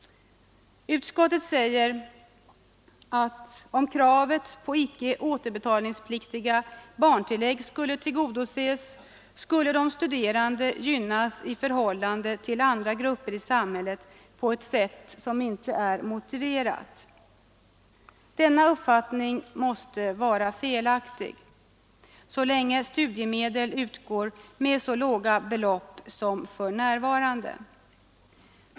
Utskottet säger att om kravet på icke återbetalningspliktiga barntillägg skulle tillgodoses, skulle de studerande gynnas i förhållande till andra grupper i samhället på ett sätt som inte är motiverat. Denna uppfattning måste vara felaktig, så länge studiemedel utgår med så låga belopp som för närvarande.